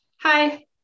hi